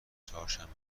چهارشنبه